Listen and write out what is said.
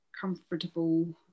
comfortable